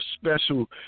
special